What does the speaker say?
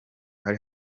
hari